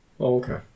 Okay